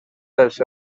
dels